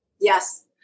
Yes